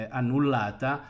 annullata